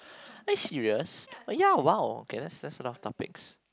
are you serious oh ya !woah! okay that's that's a lot of topics